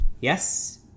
Yes